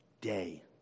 day